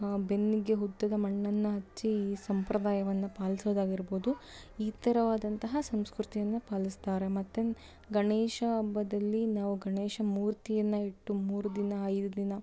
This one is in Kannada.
ಬೆನ್ನಿಗೆ ಹುತ್ತದ ಮಣ್ಣನ್ನು ಹಚ್ಚಿ ಸಂಪ್ರದಾಯವನ್ನು ಪಾಲಿಸೋದಾಗಿರ್ಬೋದು ಈ ಥರವಾದಂತಹ ಸಂಸ್ಕೃತಿಯನ್ನು ಪಾಲಿಸ್ತಾರೆ ಮತ್ತು ಗಣೇಶ ಹಬ್ಬದಲ್ಲಿ ನಾವು ಗಣೇಶ ಮೂರ್ತಿಯನ್ನು ಇಟ್ಟು ಮೂರು ದಿನ ಐದು ದಿನ